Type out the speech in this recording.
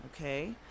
okay